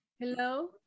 Hello